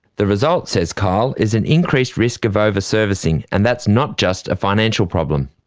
the result, says kyle, is an increased risk of over-servicing, and that's not just a financial problem.